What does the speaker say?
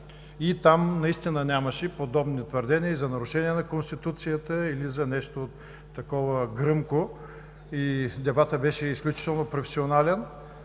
Там, наистина нямаше подобни твърдения и за нарушение на Конституцията, или за нещо такова гръмко. Дебатът беше изключително професионален.